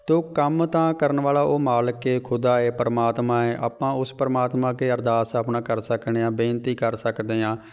ਅਤੇ ਉਹ ਕੰਮ ਤਾਂ ਕਰਨ ਵਾਲਾ ਉਹ ਮਾਲਕ ਹੈ ਖੁਦਾ ਹੈ ਪਰਮਾਤਮਾ ਹੈ ਆਪਾਂ ਉਸ ਪਰਮਾਤਮਾ ਅੱਗੇ ਅਰਦਾਸ ਆਪਣਾ ਕਰ ਸਕਣੇ ਹਾਂ ਬੇਨਤੀ ਕਰ ਸਕਦੇ ਹਾਂ